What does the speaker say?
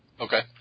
Okay